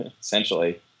essentially